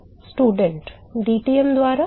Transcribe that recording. dTm द्वारा